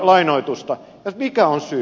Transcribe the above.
ja mikä on syy